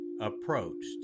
approached